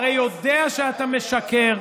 אתה הרי יודע שאתה משקר,